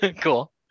cool